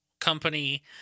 Company